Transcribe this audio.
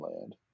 land